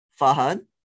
Fahad